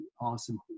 awesome